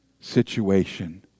situation